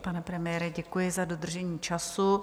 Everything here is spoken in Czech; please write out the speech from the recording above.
Pane premiére, děkuji za dodržení času.